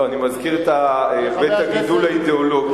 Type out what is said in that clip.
לא, אני מזכיר את בית הגידול האידיאולוגי.